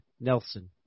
Nelson